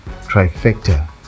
trifecta